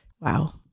Wow